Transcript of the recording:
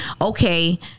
okay